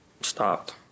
stopped